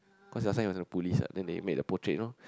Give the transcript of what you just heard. cause last time he was a police then they made a portrait you know